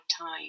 time